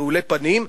רעולי פנים,